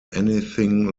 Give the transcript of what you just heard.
anything